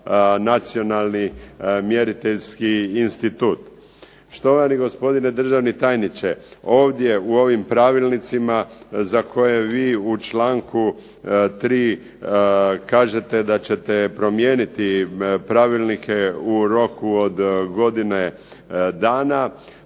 Nacionalni mjeriteljski institut. Štovani gospodine državni tajniče ovdje u ovim pravilnicima za koje vi u čl. 3. kažete da ćete promijeniti pravilnike u roku od godine dana